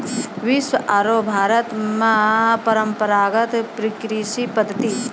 विश्व आरो भारत मॅ परंपरागत कृषि पद्धति